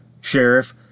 Sheriff